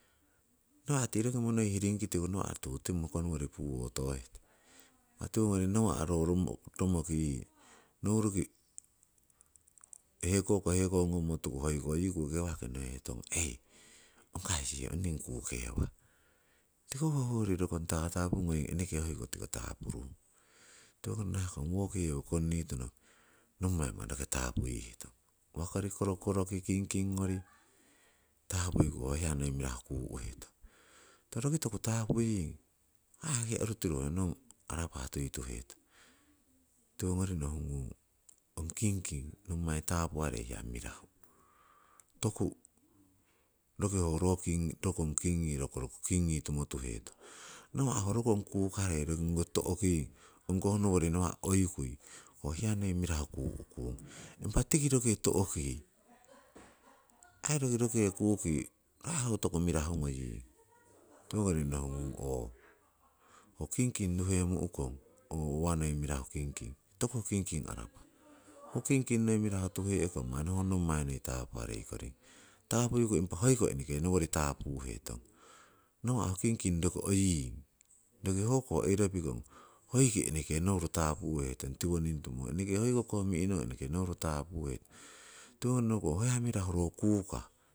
Nawa' tii roki monohi rinkitu nawa tututimo oh koh nowori puhotohekon, impa tiwongori ro nawa' romoki yii nouruki hekoko hekowo ngommotuku hoiki riku nawa'ko no'he tong onkai sihe on ningii kukewah, tiko hoyori rokon tatapu ngoying, impah hoiko tiko tapurung tihoko nahkong woki yewo konniton nommai manni roki tapuiheton, uwakori, korokorokori, kingkingori, tapuiku oh ha mirahu noi kuheton. Oh roki toku tapuen, oh oritiru oh non arapah tuituheton. Tiwongori nohugun, hong kingking nommai tapuwarei hiya mirahu. Toku ho rokong kingi tumoh tuhekon, nawa' oh rokon kukarei roki to'king. Ong koh roki hoikui oh hiya mirahu noi kuhkun. Impah tiroki tohki aii ro roki roke to'ki kuki tokumirahu ngoying, tiwongori nohungung oh kingking tuhemu'kong, ho uwa yii noi mirahu kingking toku kingking harapah, ho kingking mirahu noi tuhe'kong manni ho nommai noi tapu areikoring, tapuiku hoiko eneke nowori tapuhetong. Nawa' ho kingking roki hoying roki ho koh oiro pikon, oikoh eneke nouru tapuheton. Tiwonin tumon. Eneke oiko mehnon eneke nouro tapuheton. Tiko oh ha ro mirahu kuka.